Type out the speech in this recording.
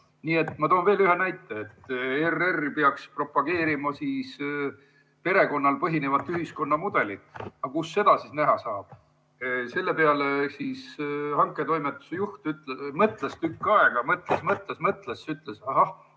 toon veel ühe näite. ERR peaks propageerima perekonnal põhinevat ühiskonnamudelit. Aga kus seda näha saab? Selle peale hanketoimetuse juht mõtles tükk aega, mõtles, mõtles ja ütles, et ahah